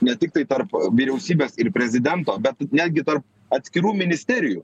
ne tiktai tarp vyriausybės ir prezidento bet netgi tarp atskirų ministerijų